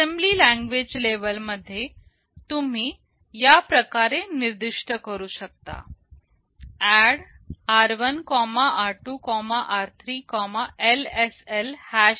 assembly language level मध्ये तुम्ही या प्रकारे निर्दिष्ट करू शकता ADD r1 r2 r3 LSL 3